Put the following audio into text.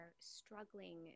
struggling